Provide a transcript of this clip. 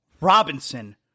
Robinson